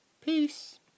Peace